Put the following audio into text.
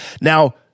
Now